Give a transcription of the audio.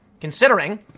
considering